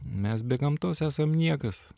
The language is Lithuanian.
mes be gamtos esam niekas